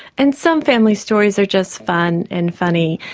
and some family stories are just fun and funny,